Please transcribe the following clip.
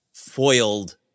foiled